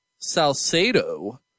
Salcedo